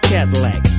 Cadillac